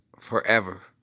forever